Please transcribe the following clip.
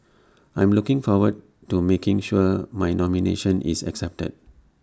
I'm looking forward to making sure my nomination is accepted